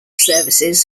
services